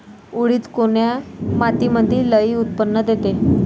उडीद कोन्या मातीमंदी लई उत्पन्न देते?